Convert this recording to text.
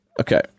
Okay